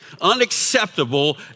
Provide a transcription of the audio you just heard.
unacceptable